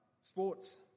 Sports